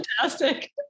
fantastic